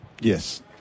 Yes